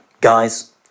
Guys